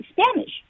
Spanish